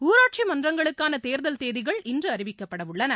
ஊராட்சி மன்றங்களுக்கான தேர்தல் தேதிகள் இன்று அறிவிக்கப்பட உள்ளன